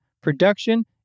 production